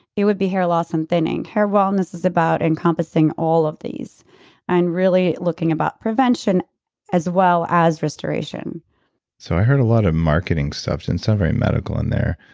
it would be hair loss and thinning. hair wellness is about encompassing all of these and really looking about prevention as well as restoration so i heard a lot of marketing stuff. didn't sound very medical in there.